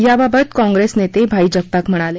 याबाबत काँग्रेस नेते भाई जगताप म्हणाले